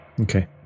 Okay